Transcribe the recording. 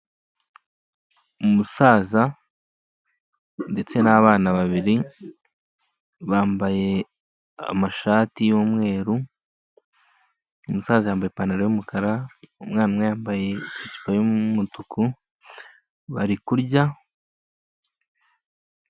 Umusaza ndetse n'abana babiri bambaye amashati y'umweru, umusaza yambaye ipantaro y'umukara, umwana umwe yambaye ijipo y'umutuku bari kurya.